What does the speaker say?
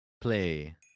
play